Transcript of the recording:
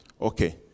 Okay